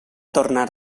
tornar